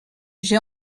j’ai